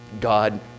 God